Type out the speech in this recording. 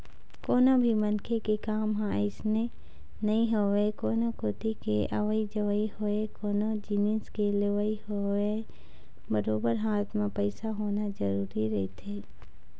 कोनो भी मनखे के काम ह अइसने नइ होवय कोनो कोती के अवई जवई होवय कोनो जिनिस के लेवई होवय बरोबर हाथ म पइसा होना जरुरी रहिथे